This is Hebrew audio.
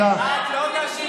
אותי אף פעם לא יאשימו,